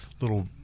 little